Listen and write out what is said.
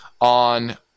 on